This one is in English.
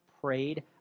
prayed